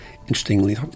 interestingly